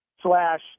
slash